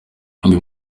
mwaka